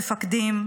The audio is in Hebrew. מפקדים,